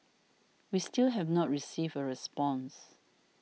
we still have not received a response